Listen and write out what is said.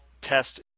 test